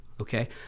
okay